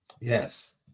Yes